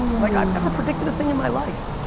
like i've never predicted a thing in my life,